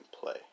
play